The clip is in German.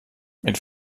mit